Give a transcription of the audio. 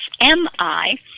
M-I